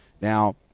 Now